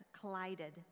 collided